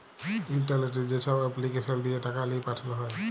ইলটারলেটে যেছব এপলিকেসল দিঁয়ে টাকা লিঁয়ে পাঠাল হ্যয়